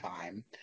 time